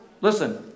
Listen